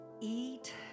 eat